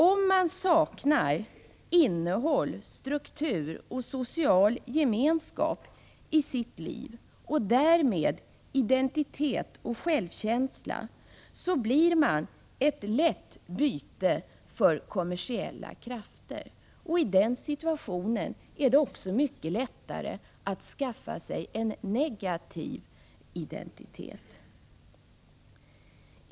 Om man saknar innehåll, struktur och social gemenskap i sitt liv och därmed identitet och självkänsla blir man ett lätt byte för kommersiella krafter. I den situationen är det också mycket lättare att skaffa sig en negativ identitet.